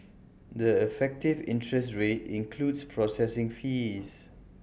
the effective interest rate includes processing fees